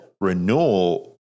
renewal